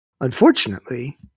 unfortunately